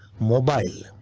mobile,